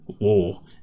War